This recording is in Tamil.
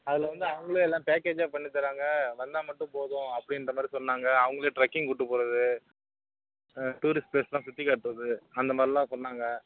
அதில் வந்து அவங்களே எல்லாம் பேக்கேஜாக பண்ணித்தராங்க வந்தாமட்டும் போதும் அப்படின்றமாரி சொன்னாங்க அவங்களே ட்ரக்கிங் கூப்பிட்டு போகறது டூரிஸ்ட் ப்ளேஸ் எல்லாம் சுற்றி காட்டுறது அந்த மாதிரிலாம் சொன்னாங்க